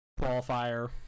qualifier